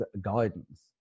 guidance